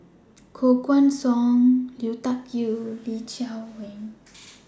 Koh Guan Song Lui Tuck Yew and Lee Chiaw Meng